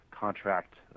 contract